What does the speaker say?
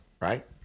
right